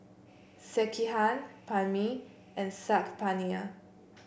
Sekihan Banh Mi and Saag Paneer